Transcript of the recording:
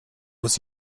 was